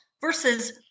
versus